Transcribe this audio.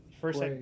first